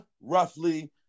roughly